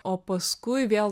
o paskui vėl